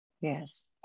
Yes